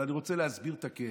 אבל אני רוצה להסביר את הכאב.